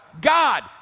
God